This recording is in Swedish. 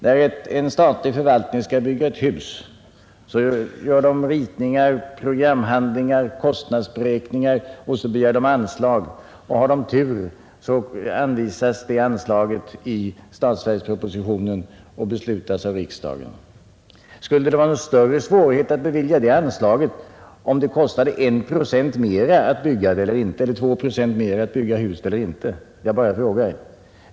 När en statlig förvaltning skall bygga ett hus gör man ritningar, programhandlingar och kostnadsberäkningar, och därefter begär man anslag, och har man tur anvisas det anslaget i statsverkspropositionen och beslutas av riksdagen, Skulle det vara någon större svårighet att beräkna det anslaget om det kostade en eller två procent mer att bygga detta hus? Jag bara frågar!